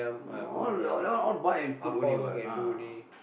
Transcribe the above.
no all that one all buy and put only what ah